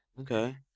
Okay